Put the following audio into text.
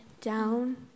down